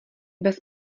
bez